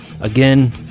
Again